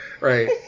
right